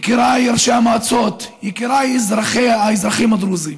יקיריי אנשי המועצות, יקיריי האזרחים הדרוזים,